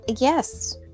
Yes